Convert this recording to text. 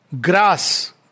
Grass